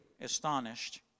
astonished